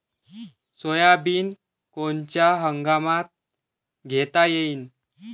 Soybean कोनच्या हंगामात घेता येईन?